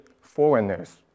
foreigners